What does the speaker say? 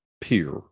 peer